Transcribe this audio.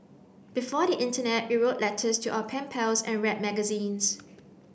before the internet we wrote letters to our pen pals and read magazines